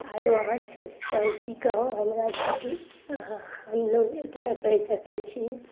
आरो अहाँ सबसँ हम की कहब हमरासँ तऽ हमलोग एतबे कहि सकय छी